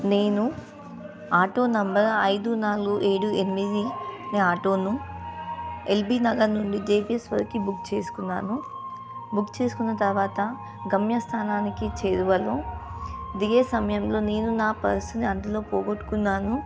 నేను auto number ఐదు నాలుగు ఏడు ఎనిమిది అనే ఆటోను ఎల్బీ నగర్ నుండి దవిశ్వర్కి బుక్ చేసుకున్నాను బుక్ చేసుకున్న తరువాత గమ్యస్థానానికి చేరువలో దిగే సమయంలో నేను నా పర్స్ని అందులో పోగొట్టుకున్నాను